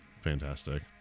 Fantastic